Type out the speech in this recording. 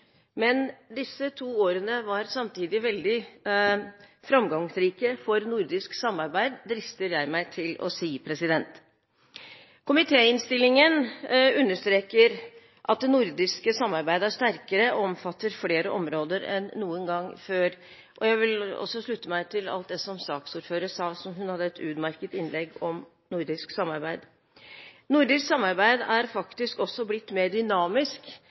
Men disse to årene var samtidig veldig framgangsrike for nordisk samarbeid – det drister jeg meg til å si. Komitéinnstillingen understreker at det nordiske samarbeidet er sterkere og omfatter flere områder enn noen gang før. Jeg vil også slutte meg til alt det som saksordføreren sa, hun hadde et utmerket innlegg om nordisk samarbeid. Nordisk samarbeid er faktisk også blitt mer dynamisk